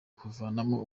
kuvanamo